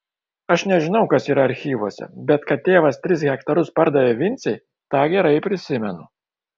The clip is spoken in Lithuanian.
aš nežinau kas yra archyvuose bet kad tėvas tris hektarus pardavė vincei tą gerai prisimenu